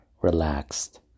relaxed